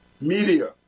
media